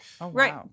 Right